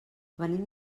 venim